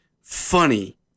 funny